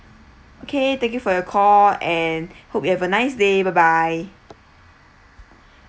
okay thank you for your call and hope you have a nice day bye bye